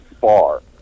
far